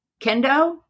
kendo